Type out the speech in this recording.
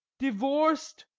divorced,